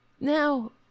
Now